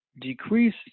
decrease